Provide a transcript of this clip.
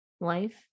Life